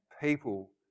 people